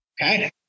Okay